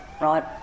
right